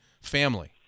family